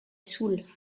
soule